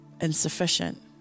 insufficient